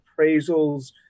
appraisals